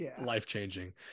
life-changing